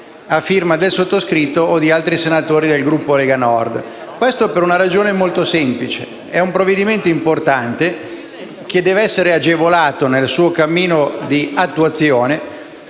a firma del sottoscritto o di altri senatori del Gruppo Lega Nord. Questo per una ragione molto semplice: è un provvedimento importante, che deve essere agevolato nel suo cammino di attuazione,